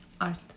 Art